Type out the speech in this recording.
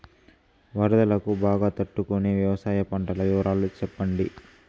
వరదలకు బాగా తట్టు కొనే వ్యవసాయ పంటల వివరాలు చెప్పండి?